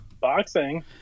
boxing